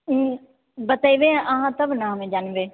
बतेबै अहाँ तब नऽ हमे जानबै